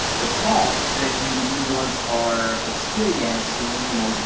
the costs that individuals are experiencing, you know,